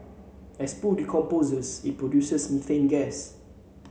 as poo decomposes it produces methane gas